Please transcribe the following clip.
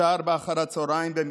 בשעה 16:00 אחר הצוהריים,